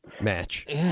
match